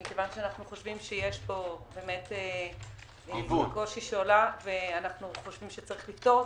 כיוון שאנו חושבים שיש פה קושי שעולה ושצריך לפתור אותו.